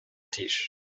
тиеш